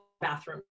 bathroom